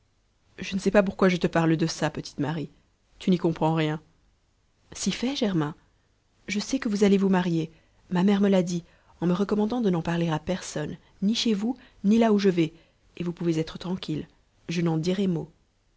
je ne sais pas pourquoi je te parle de ça petite marie tu n'y comprends rien si fait germain je sais que vous allez vous marier ma mère me l'a dit en me recommandant de n'en parler à personne ni chez vous ni là où je vais et vous pouvez être tranquille je n'en dirai mot